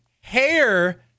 hair